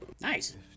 nice